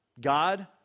God